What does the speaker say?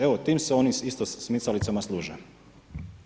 Evo, time se oni isto smicalicama služe.